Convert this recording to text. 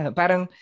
parang